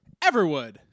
Everwood